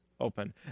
open